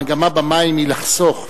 אבל המגמה במים היא לחסוך.